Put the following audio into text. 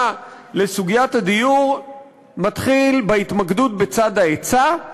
לסוגיית הדיור מתחיל בהתמקדות בצד ההיצע,